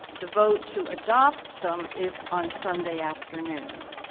the vote to adopt them is on sunday afternoon.